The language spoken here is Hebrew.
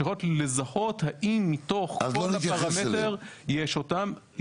שיכולות לזהות האם מתוך כל הפרמטר יש אותם,